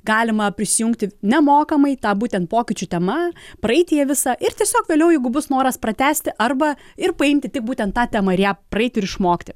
galima prisijungti nemokamai tą būtent pokyčių tema praeiti ją visą ir tiesiog vėliau jeigu bus noras pratęsti arba ir paimti tik būtent tą temą ir ją praeiti ir išmokti